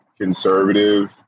conservative